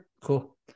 cool